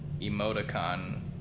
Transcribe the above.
emoticon